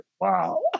Wow